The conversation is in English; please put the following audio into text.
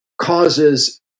causes